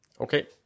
Okay